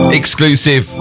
exclusive